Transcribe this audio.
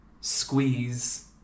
squeeze